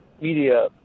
media